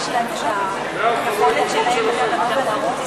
להעביר את